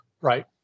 Right